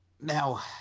now